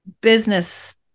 Business